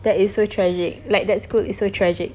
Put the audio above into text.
that is so tragic like that school is so tragic